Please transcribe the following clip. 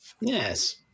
Yes